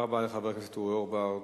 תודה רבה לחבר הכנסת אורי אורבך.